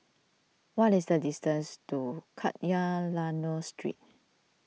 what is the distance to Kadayanallur Street